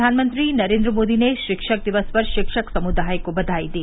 प्रधानमंत्री नरेन्द्र मोदी ने शिक्षक दिवस पर शिक्षक समुदाय को बघाई दी